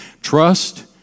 trust